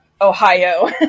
Ohio